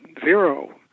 zero